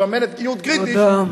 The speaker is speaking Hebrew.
שמממן את ניוט גינגריץ' תודה.